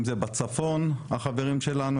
אם זה בצפון החברים שלנו,